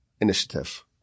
initiative